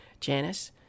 Janice